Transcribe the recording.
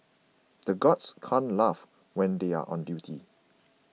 the guards can't laugh when they are on duty